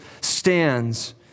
stands